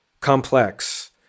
complex